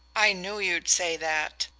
i knew you'd say that.